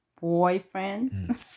boyfriend